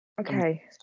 Okay